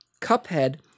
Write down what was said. Cuphead